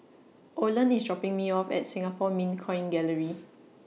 Oland IS dropping Me off At Singapore Mint Coin Gallery